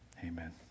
Amen